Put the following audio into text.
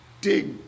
dig